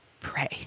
pray